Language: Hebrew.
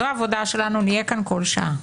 זו העבודה שלנו, נהיה פה כל שעה.